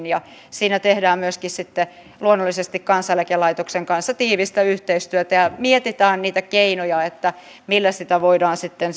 ja siinä tehdään myöskin sitten luonnollisesti kansaneläkelaitoksen kanssa tiivistä yhteistyötä ja mietitään niitä keinoja millä sitä tilannetta voidaan sitten